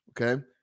Okay